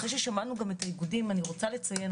אחרי ששמענו גם את האיגודים אני רוצה לציין,